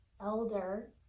Elder